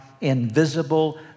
invisible